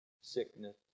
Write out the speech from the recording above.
sickness